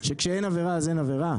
שכשאין עבירה אז אין עבירה?